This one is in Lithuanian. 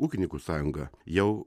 ūkininkų sąjunga jau